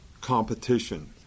Competition